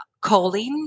choline